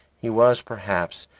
he was, perhaps,